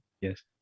Yes